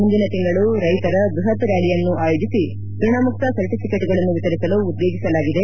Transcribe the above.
ಮುಂದಿನ ತಿಂಗಳು ರೈತರ ಬೃಹತ್ ರ್ಕಾಲಿಯನ್ನು ಆಯೋಜಿಸಿ ಋಣಮುಕ್ತ ಸರ್ಟಿಫಿಕೇಟ್ಗಳನ್ನು ವಿತರಿಸಲು ಉತ್ತೇಜಿಸಲಾಗಿದೆ